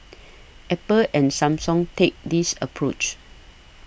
apple and Samsung take this approach